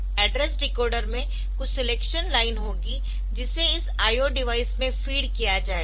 address decoder में कुछ selection line होगी जिसे इस IO डिवाइस में फीड किया जाएगा